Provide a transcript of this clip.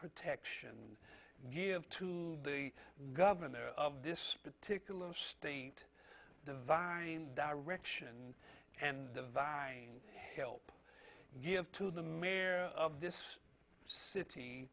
protection give to the governor of this particular state the vine direction and the vine help give to the mayor of this city